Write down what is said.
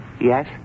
Yes